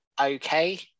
okay